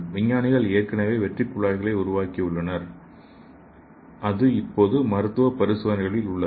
விஞ்ஞானிகள் ஏற்கனவே வெற்று குழாய்களை உருவாக்கியுள்ளனர் அது இப்போது மருத்துவ பரிசோதனைகளில் உள்ளது